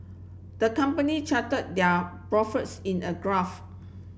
the company charted they are profits in a graph